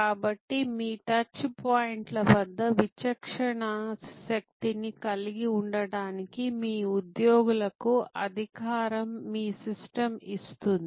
కాబట్టి మీ టచ్ పాయింట్ల వద్ద విచక్షణా శక్తిని కలిగి ఉండటానికి మీ ఉద్యోగులకు అధికారం మీ సిస్టమ్ ఇస్తుంది